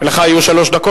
ולך יהיו שלוש דקות.